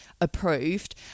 approved